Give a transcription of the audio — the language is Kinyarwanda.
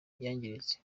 yangiritse